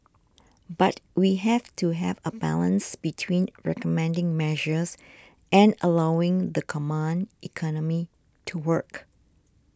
but we have to have a balance between recommending measures and allowing the command economy to work